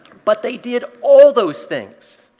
but they did all those things.